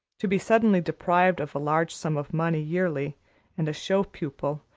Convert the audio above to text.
to be suddenly deprived of a large sum of money yearly and a show pupil,